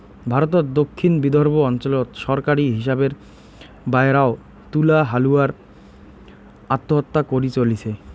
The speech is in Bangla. ভারতর দক্ষিণ বিদর্ভ অঞ্চলত সরকারী হিসাবের বায়রাও তুলা হালুয়ালার আত্মহত্যা করি চলিচে